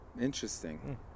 Interesting